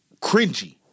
cringy